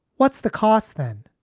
what's the cost, then?